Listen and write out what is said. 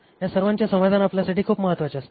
या सर्वांचे समाधान आपल्यासाठी खूप महत्वाचे असते